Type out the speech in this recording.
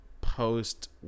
Post